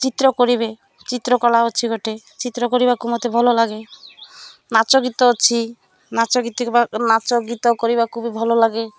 ଚିତ୍ର କରିବେ ଚିତ୍ରକଳା ଅଛି ଗୋଟେ ଚିତ୍ର କରିବାକୁ ମୋତେ ଭଲ ଲାଗେ ନାଚ ଗୀତ ଅଛି ନାଚ ଗୀତ ନାଚ ଗୀତ କରିବାକୁ ବି ଭଲ ଲାଗେ